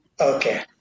Okay